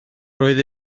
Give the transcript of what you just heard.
roedd